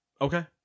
Okay